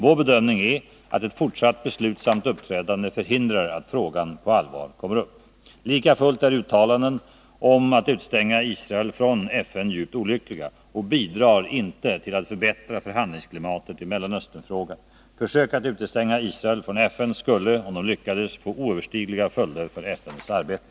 Vår bedömning är att ett fortsatt beslutsamt uppträdande förhindrar att frågan på allvar kommer upp. Likafullt är uttalanden om att utestänga Israel från FN djupt olyckliga och bidrar inte till att förbättra förhandlingsklimatet i Mellanösternfrågan. Försök att utestänga Israel från FN skulle, om de lyckades, få oöverskådliga följder för FN:s arbete.